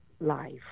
life